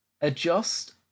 Adjust